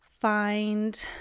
find